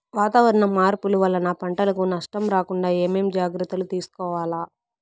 వాతావరణ మార్పులు వలన పంటలకు నష్టం రాకుండా ఏమేం జాగ్రత్తలు తీసుకోవల్ల?